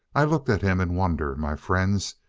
i looked at him in wonder. my friends,